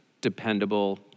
dependable